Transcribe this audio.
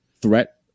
threat